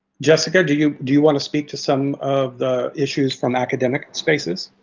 jessica, do you do you want to speak to some of the issues from academic spaces?